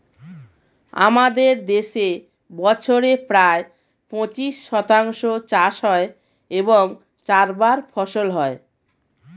আমাদের দেশে বছরে প্রায় পঁচিশ শতাংশ চাষ হয় এবং চারবার ফসল হয়